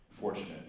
fortunate